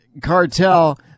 cartel